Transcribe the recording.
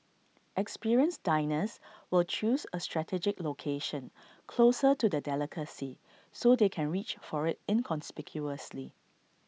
experienced diners will choose A strategic location closer to the delicacy so they can reach for IT inconspicuously